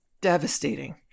devastating